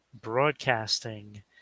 Broadcasting